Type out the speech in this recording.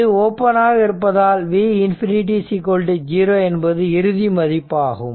இது ஓபன் ஆக இருப்பதால் V ∞ 60 என்பது இறுதி மதிப்பாகும்